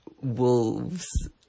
Wolves